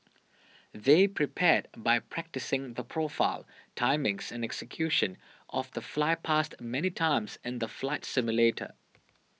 they prepared by practising the profile timings and execution of the flypast many times in the flight simulator